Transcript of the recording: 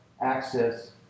access